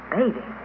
baby